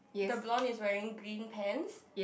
the Blonde is wearing green pants